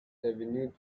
avenue